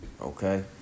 okay